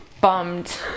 bummed